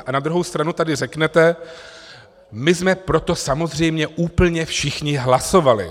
A na druhou stranu tady řeknete: my jsme pro to samozřejmě úplně všichni hlasovali.